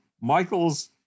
Michael's